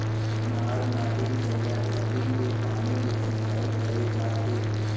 नहर, नाली, तरिया, डबरी के पानी ले सिंचाई करे जाथे